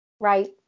Right